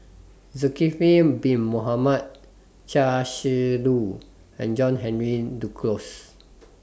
Zulkifli Bin Mohamed Chia Shi Lu and John Henry Duclos